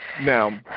Now